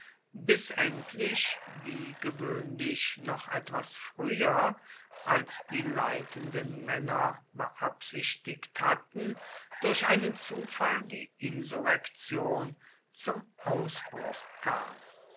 bis endlich wie gewöhnlich noch etwas früher als die leitenden männer beabsichtigt hatten durch einen zufall die insurrektion zum ausbruch kam